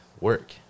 work